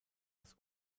das